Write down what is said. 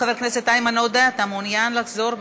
חבר הכנסת איימן עודה, אתה מעוניין לחזור?